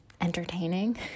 entertaining